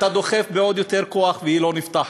אתה דוחף בעוד יותר כוח, והיא לא נפתחת.